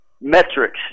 metrics